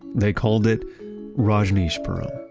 they called it rajneeshpuram